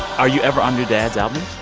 are you ever on your dad's album?